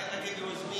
האם אתם יוזמים